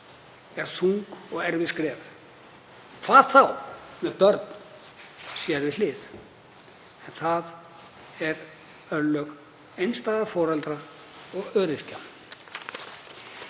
eru þung og erfið skref, hvað þá með börn sér við hlið. Það eru örlög einstæðra foreldra og öryrkja.